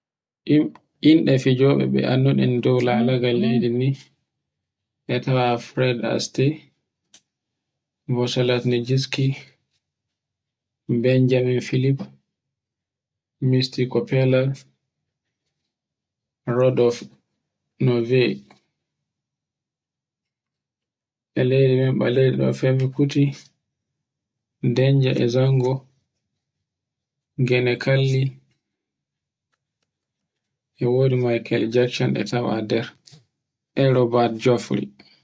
Inde fijoɓe ɗe annduɗen dow lalaga leydi ndi, e tawa fredaski, mosalakni jiski, benjamen philim, misti kofella, rodof no wiye. E leydi di baleri fa bukkuti, danja e zango, genekalli, e wodi mickeal jackson e tawa nder eron ba jofrey.